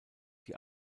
die